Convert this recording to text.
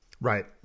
Right